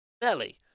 belly